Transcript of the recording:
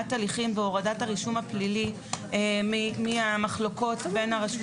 הליכים והורדת הרישום הפלילי מהמחלוקות בין הרשות